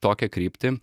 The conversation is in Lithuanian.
tokią kryptį